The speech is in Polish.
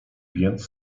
więc